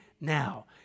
now